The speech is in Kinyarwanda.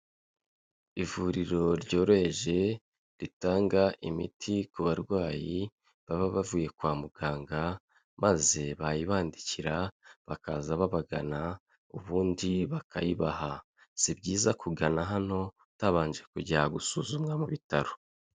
Ivuriro ryoroheje ritanga imiti ku barwayi baba bavuye kwa muganga maze bayibandikira bakaza babagana ubundi bakayibaha. Si byiza kugana hano utabanje kujya gusuzumwa mu bitaro.